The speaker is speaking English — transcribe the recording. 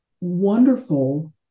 wonderful